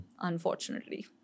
Unfortunately